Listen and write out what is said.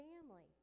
family